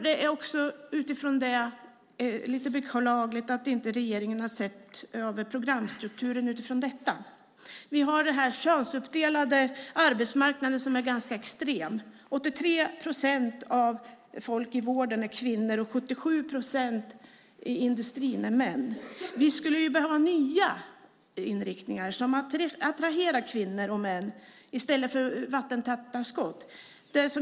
Det är beklagligt att regeringen inte har sett över programstrukturen. Arbetsmarknaden är extremt könsuppdelad. 83 procent av dem som jobbar i vården är kvinnor, och 77 procent av dem som jobbar i industrin är män. Vi skulle behöva nya inriktningar som attraherar kvinnor och män i stället för vattentäta skott.